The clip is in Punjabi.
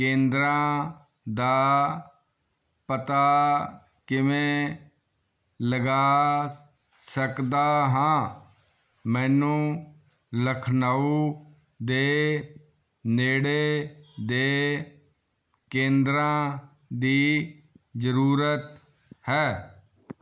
ਕੇਂਦਰਾਂ ਦਾ ਪਤਾ ਕਿਵੇਂ ਲਗਾ ਸਕਦਾ ਹਾਂ ਮੈਨੂੰ ਲਖਨਊ ਦੇ ਨੇੜੇ ਦੇ ਕੇਂਦਰਾਂ ਦੀ ਜ਼ਰੂਰਤ ਹੈ